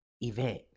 event